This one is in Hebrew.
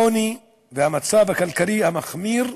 עוני והמצב הכלכלי המחמיר,